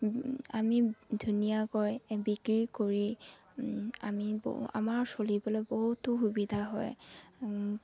আমি ধুনীয়াকৈ বিক্ৰী কৰি আমি আমাৰ চলিবলৈ বহুতো সুবিধা হয়